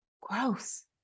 Gross